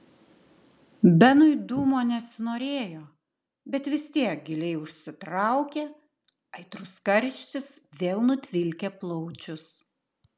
benui dūmo nesinorėjo bet vis tiek giliai užsitraukė aitrus karštis vėl nutvilkė plaučius